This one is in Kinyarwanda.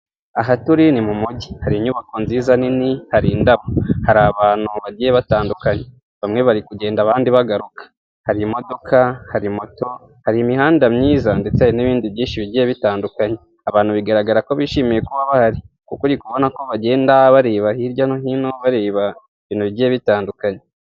Aha turi ni mu mujyi hari inyubako nziza nini hari indabo hari abantu bagiye batandukanye bamwe bari kugenda abandi bagaruka hari imodoka hari moto hari imihanda myiza ndetse hari n'ibindi byinshi bigiye bitandukanye abantu bigaragara ko bishimiye bagenda bareba hirya no hino bareba ibintu bigiye bitandukanye.